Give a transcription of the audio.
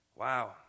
wow